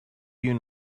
you